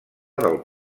del